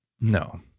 No